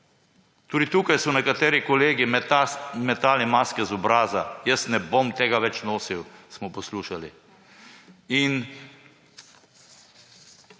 tudi tukaj so nekateri kolegi metali maske z obraza. Jaz ne bom tega več nosil, smo poslušali.